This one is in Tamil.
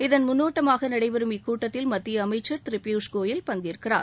இதன் முன்னோட்டமாக நடைபெறும் க்கூட்டத்தில் மத்திய அமைச்சர் திரு பியூஷ் கோயல் பங்கேற்கிறார்